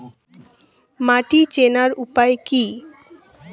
মাটি চেনার উপায় কি?